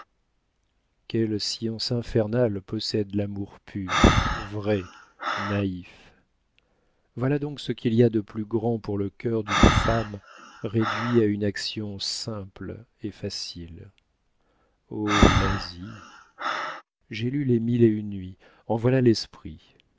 quelle science infernale possède l'amour pur vrai naïf voilà donc ce qu'il y a de plus grand pour le cœur d'une femme réduit à une action simple et facile o l'asie j'ai lu les mille et une nuits en voilà l'esprit